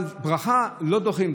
אבל ברכה לא דוחים,